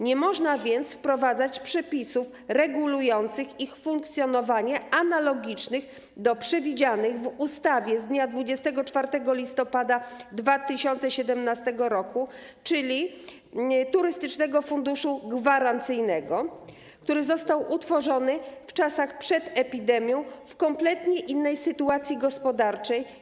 Nie można więc wprowadzać przepisów regulujących ich funkcjonowanie analogicznych do przewidzianych w ustawie z dnia 24 listopada 2017 r., czyli przepisów dotyczących Turystycznego Funduszu Gwarancyjnego, który został utworzony w czasach przed epidemią, w kompletnie innej sytuacji gospodarczej.